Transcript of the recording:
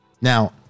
Now